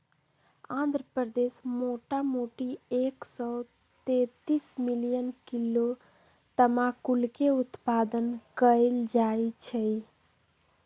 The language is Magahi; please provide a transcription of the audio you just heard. आंध्र प्रदेश मोटामोटी एक सौ तेतीस मिलियन किलो तमाकुलके उत्पादन कएल जाइ छइ